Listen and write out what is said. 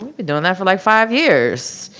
doing that for like five years.